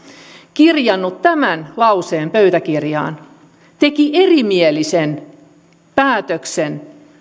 kirjannut tämän lauseen pöytäkirjaan teki syyskuussa erimielisen päätöksen